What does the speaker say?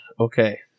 Okay